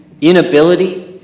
inability